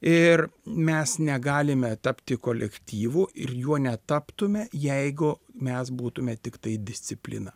ir mes negalime tapti kolektyvu ir juo netaptume jeigu mes būtume tiktai disciplina